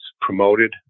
promoted